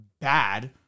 bad